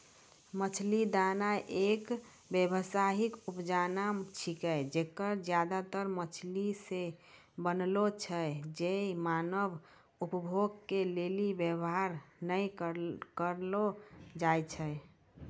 मछली दाना एक व्यावसायिक उपजा छिकै जे ज्यादातर मछली से बनलो छै जे मानव उपभोग के लेली वेवहार नै करलो जाय छै